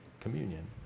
communion